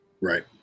Right